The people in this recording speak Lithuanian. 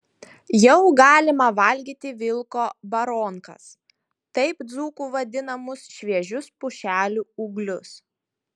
jau galima valgyti vilko baronkas taip dzūkų vadinamus šviežius pušelių ūglius